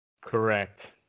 Correct